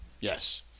Yes